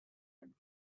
own